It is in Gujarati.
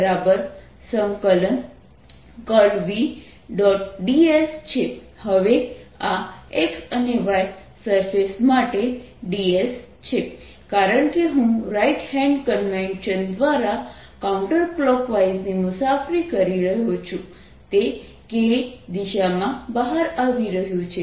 હવે આ x અને y સરફેસ માટે dS છે કારણ કે હું રાઇટ હેન્ડ કન્વેન્શન દ્વારા કાઉન્ટર ક્લોકવાઇઝ ની મુસાફરી કરી રહ્યો છું તે k દિશામાં બહાર આવી રહ્યું છે